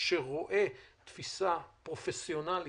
שרואה תפיסה פרופסיונלית,